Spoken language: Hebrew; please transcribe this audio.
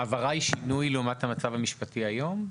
ההבהרה היא שינוי לעומת המצב המשפטי היום?